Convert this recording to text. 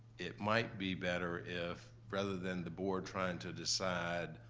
it might be better if, rather than the board trying to decide,